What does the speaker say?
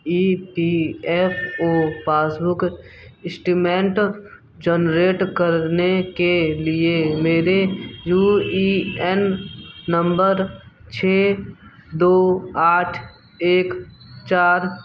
ई P F O passbook statement generate करने के लिए मेरे यू ई एन नम्बर छः दो आठ एक चार